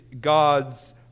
God's